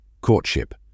Courtship